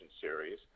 Series